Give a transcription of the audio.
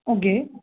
okay